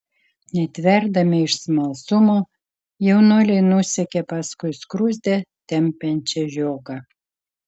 netverdami iš smalsumo jaunuoliai nusekė paskui skruzdę tempiančią žiogą